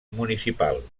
municipal